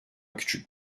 küçük